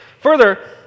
Further